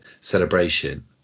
Celebration